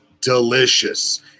delicious